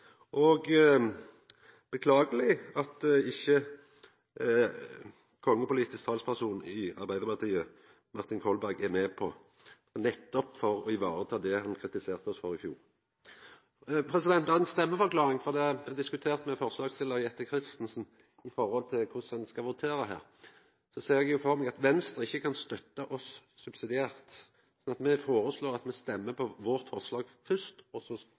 er beklageleg at ikkje kongepolitisk talsperson i Arbeidarpartiet, Martin Kolberg, er med på dette, nettopp for å vareta det han kritiserte oss for i fjor. Så ei stemmeforklaring: Det er diskutert med forslagsstillar Jette F. Christensen når det gjeld korleis ein skal votera her. Eg ser for meg at Venstre ikkje kan støtta oss subsidiært. Me foreslår å stemma på vårt forslag først, og så